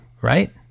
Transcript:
right